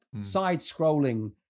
side-scrolling